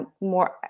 more